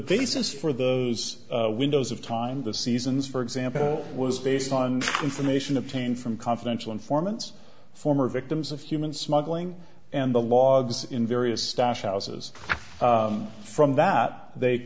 basis for the windows of time the seasons for example was based on information obtained from confidential informants former victims of human smuggling and the logs in various stash houses from that they